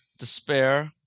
Despair